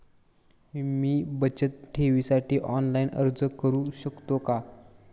मी बचत ठेवीसाठी ऑनलाइन अर्ज करू शकतो का?